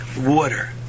water